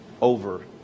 over